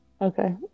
Okay